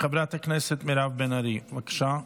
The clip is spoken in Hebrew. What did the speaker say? חברת הכנסת מירב בן ארי, בבקשה,